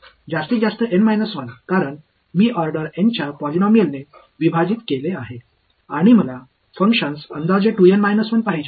जास्तीत जास्त N 1 कारण मी ऑर्डर एन च्या पॉलिनॉमियलने विभाजित केले आहे आणि मला फंक्शन अंदाजे 2N - 1 पाहिजे